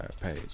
page